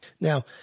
Now